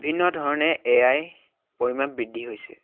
বিভিন্ন ধৰণে A I পৰিমাণ বৃদ্ধি হৈছে